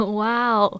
Wow